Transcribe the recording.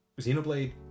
Xenoblade